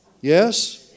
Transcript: Yes